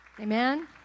Amen